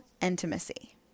intimacy